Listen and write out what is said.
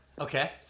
Okay